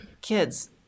kids